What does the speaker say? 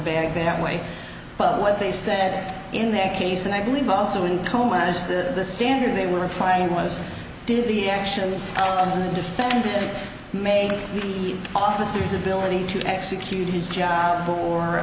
bag that way but what they said in their case and i believe also in co manage the standard they were fighting was did the actions of the defendant make the officers ability to execute his job